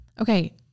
okay